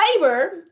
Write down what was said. labor